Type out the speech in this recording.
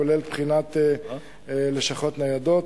כולל בחינת לשכות ניידות.